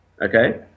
okay